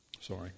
sorry